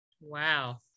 Wow